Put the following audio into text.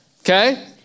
Okay